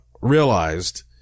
realized